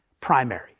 primary